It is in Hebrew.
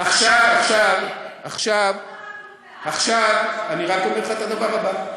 עכשיו, אני רק אומר לך את הדבר הבא.